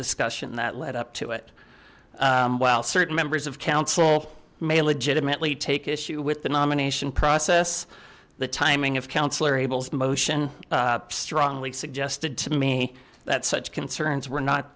discussion that led up to it while certain members of council may legitimately take issue with the nomination process the timing of councillor abel's motion strongly suggested to me that such concerns were not